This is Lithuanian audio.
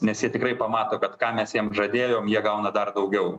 nes jie tikrai pamato kad ką mes jiem žadėjom jie gauna dar daugiau